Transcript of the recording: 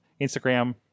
Instagram